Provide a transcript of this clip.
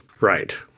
right